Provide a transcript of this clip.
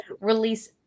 release